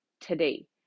today